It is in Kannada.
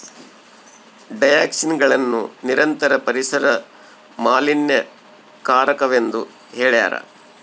ಡಯಾಕ್ಸಿನ್ಗಳನ್ನು ನಿರಂತರ ಪರಿಸರ ಮಾಲಿನ್ಯಕಾರಕವೆಂದು ಹೇಳ್ಯಾರ